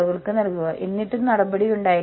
നിങ്ങൾക്ക് ഒത്തുചേരലുകൾ ഇല്ല